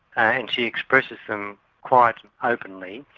and she expresses them quite openly,